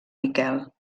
miquel